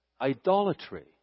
idolatry